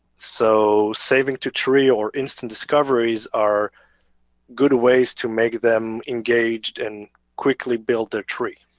so saving to tree or instant discoveries are good ways to make them engaged and quickly build their tree.